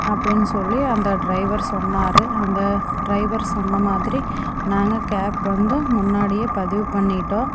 அப்டினு சொல்லி அந்த ட்ரைவர் சொன்னார் அந்த ட்ரைவர் சொன்ன மாதிரி நாங்கள் கேப் வந்து முன்னாடியே பதிவு பண்ணிட்டோம்